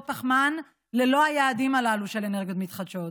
פחמן ללא היעדים הללו של אנרגיות מתחדשות.